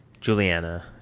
Juliana